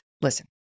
Listen